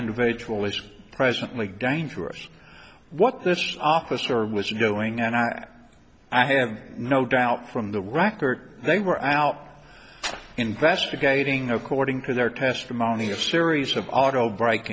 tool is presently dangerous what this officer was doing and i i have no doubt from the record they were out investigating according to their testimony a series of auto br